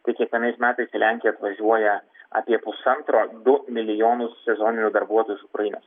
tai kiekvienais metais į lenkiją atvažiuoja apie pusantro du milijonus sezoninių darbuotojų iš ukrainos